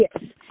Yes